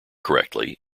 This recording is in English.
correctly